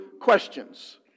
questions